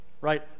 right